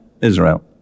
Israel